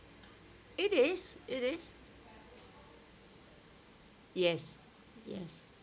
it is it is yes yes